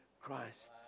Christ